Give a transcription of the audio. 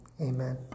amen